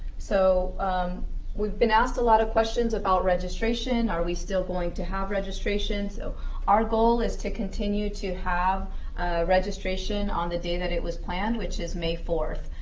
so we've been asked a lot of questions about registration. are we still going to have registration? so our goal is to continue to have registration on the day that it was planned, which is may four,